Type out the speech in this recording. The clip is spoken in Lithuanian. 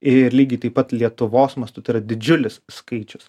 ir lygiai taip pat lietuvos mastu tai yra didžiulis skaičius